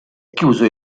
chiuso